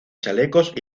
chalecos